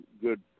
good